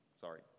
Sorry